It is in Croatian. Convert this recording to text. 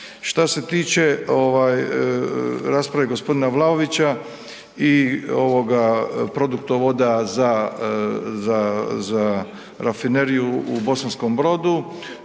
Šta se tiče ovaj rasprave gospodina Vlaovića i ovoga produktovoda za rafineriju u Bosanskom Brodu,